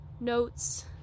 notes